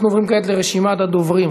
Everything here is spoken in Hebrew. אנחנו עוברים כעת לרשימת הדוברים.